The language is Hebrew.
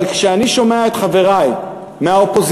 אבל כשאני שומע את חברי מהאופוזיציה,